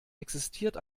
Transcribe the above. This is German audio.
existiert